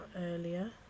earlier